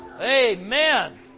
Amen